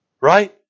right